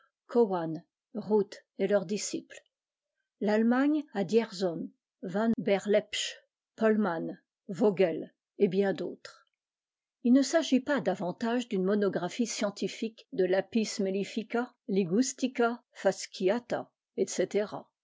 et leurs disciples l'allenagne a dzierzon van berlepsch pm vogel et bien d'autres il ne s'agit pas davantage d'une monographie scientifique de fapis mellifica tigiistica fasciata etc